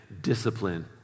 discipline